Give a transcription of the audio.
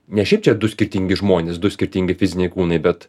ne šiaip čia du skirtingi žmonės du skirtingi fiziniai kūnai bet